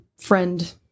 friend